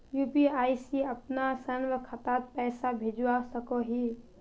UPI से अपना स्वयं खातात पैसा भेजवा सकोहो ही?